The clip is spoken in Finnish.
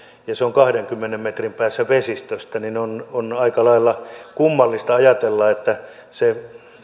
ja se on kahdenkymmenen metrin päässä vesistöstä niin on on aika lailla kummallista ajatella että se